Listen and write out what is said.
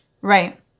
Right